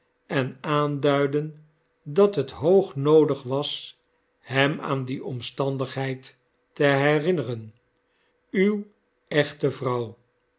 en aanduiden dat het hoog noodig was hem aan die omstandigheid te herinneren uwe echte vrouw